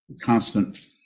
Constant